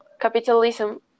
capitalism